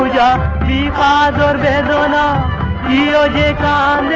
ah yeah da da da da da da da da